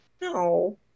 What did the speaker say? no